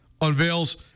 unveils